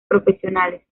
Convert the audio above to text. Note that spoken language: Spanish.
profesionales